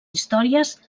històries